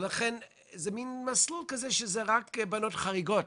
ולכן זה מן מסלול כזה שאלו רק בנות חריגות.